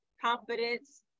confidence